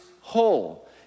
whole